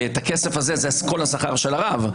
והכסף הזה הוא כל השכר של הרב.